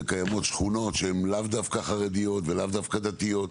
קיימות שכונות שהן לאו דווקא חרדיות ולאו דווקא דתיות,